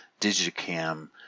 Digicam